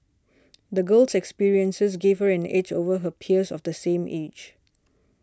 the girl's experiences gave her an edge over her peers of the same age